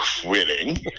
quitting